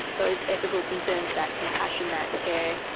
those ethical concerns, that compassion, that care,